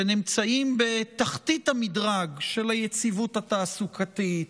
שנמצאים בתחתית המדרג של היציבות התעסוקתית,